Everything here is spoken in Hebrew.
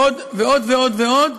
ועוד ועוד ועוד,